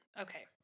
Okay